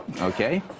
okay